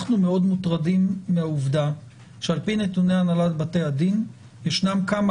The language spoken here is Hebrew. אנחנו מאוד מוטרדים מהעובדה שעל-פי נתוני הנהלת בתי הדין ישנם כמה